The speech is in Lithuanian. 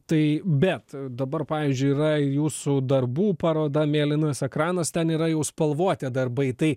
tai bet dabar pavyzdžiui yra jūsų darbų paroda mėlynas ekranas ten yra jau spalvoti darbai tai